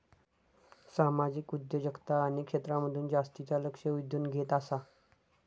सामाजिक उद्योजकता अनेक क्षेत्रांमधसून जास्तीचा लक्ष वेधून घेत आसा